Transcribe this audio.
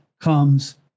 comes